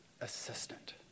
assistant